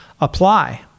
apply